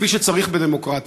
כפי שצריך בדמוקרטיה.